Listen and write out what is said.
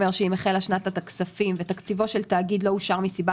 אומר ש"אם החלה שנת הכספים ותקציבו של תאגיד לא אושר מסיבה